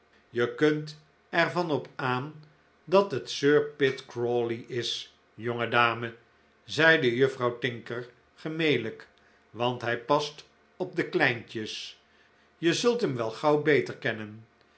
je kunt er van op aan dat het sir pitt crawley is jonge dame zeide juffrouw tinker gemelijk want hij past op de kleintjes je zult hem wel gauw beter kennen